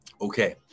okay